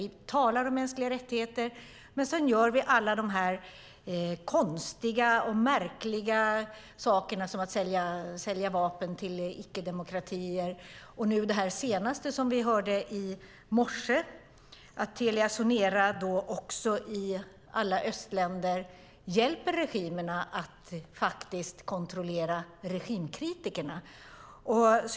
Vi talar om mänskliga rättigheter men sedan gör vi alla de här konstiga och märkliga sakerna, som att sälja vapen till icke-demokratier och det senaste, som vi hörde i morse, att Telia Sonera i alla östländer hjälper regimerna att faktiskt kontrollera regimkritikerna.